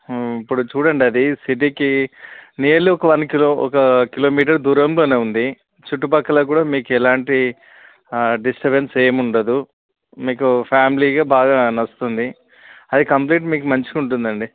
ఇప్పుడు చూడండి అది సీటీకి నియర్లీ వన్ కిలో ఒక కిలోమీటర్ దూరంలోనే ఉంది చుట్టుపక్కల కూడా మీకెలాంటి డిస్టబెన్స్ ఏముండదు మీకు ఫ్యామిలీగా బాగా నచ్చుతుంది అది కంప్లీట్ మీకు మంచిగుంటుందండి